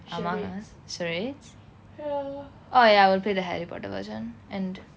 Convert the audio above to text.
among us charades oh ya I will play the harry potter version and